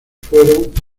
fueron